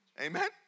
Amen